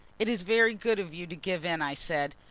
it is very good of you to give in, i said.